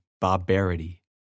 barbarity